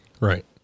Right